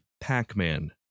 Pac-Man